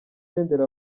senderi